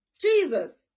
Jesus